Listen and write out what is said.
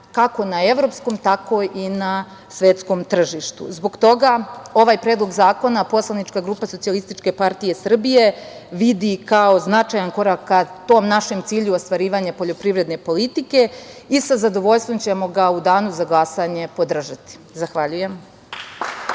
kako na evropskom tako i na svetskom tržištu. Zbog toga ovaj Predlog zakona poslanička grupa SPS, vidi kao značajan korak ka tom našem cilju, ostvarivanje poljoprivredne politike i sa zadovoljstvom ćemo ga u danu za glasanje podržati. Zahvaljujem.